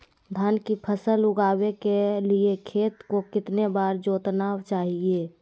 धान की फसल उगाने के लिए खेत को कितने बार जोतना चाइए?